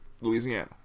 Louisiana